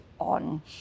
on